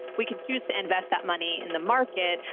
we can choose to invest that money in the market,